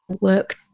work